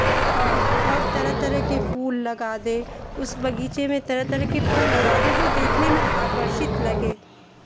और तरह तरह के फूल लगा दे उस बगीचे में तरह तरह के फल लगा दे जो देखने में आकर्षित लगे